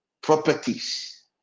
properties